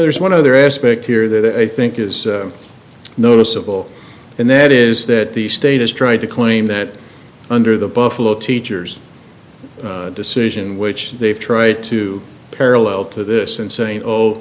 there's one other aspect here that i think is noticeable and that is that the state has tried to claim that under the buffalo teachers decision which they've tried to parallel to this